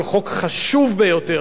על חוק חשוב ביותר,